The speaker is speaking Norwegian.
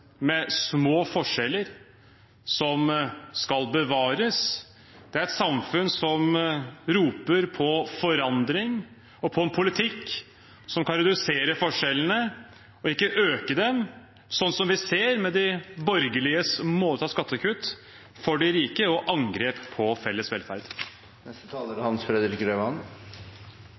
med små forskjeller, som skal bevares, det er et samfunn som roper på forandring og på en politikk som kan redusere forskjellene, og ikke øke dem, sånn som vi ser med de borgerliges målrettede skattekutt for de rike og angrep på felles velferd.